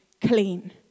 clean